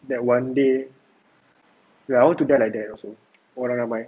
that one day ya I want to die like that also orang ramai